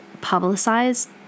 publicized